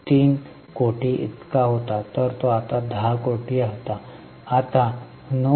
3 होता तर आता १० कोटी होता आता 9